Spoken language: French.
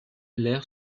lair